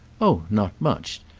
oh not much!